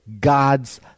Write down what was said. God's